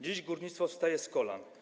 Dziś górnictwo wstaje z kolan.